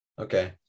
okay